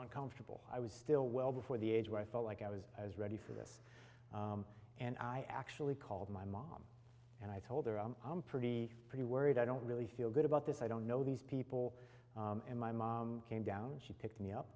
on comfortable i was still well before the age where i felt like i was ready for this and i actually called my mom and i told her i'm pretty pretty worried i don't really feel good about this i don't know these people in my mom came down and she picked me up